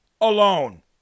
alone